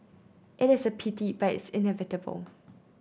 it is a pity but it's inevitable